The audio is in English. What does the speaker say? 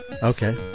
Okay